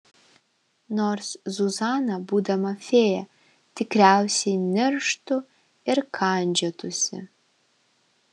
nors zuzana būdama fėja tikriausiai nirštų ir kandžiotųsi